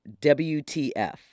WTF